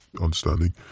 understanding